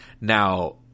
Now